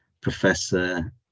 Professor